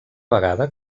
vegada